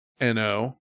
NO